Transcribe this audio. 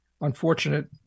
unfortunate